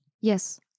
Yes